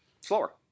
slower